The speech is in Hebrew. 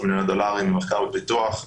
מיליוני דולרים למחקר ופיתוח "סופרקום"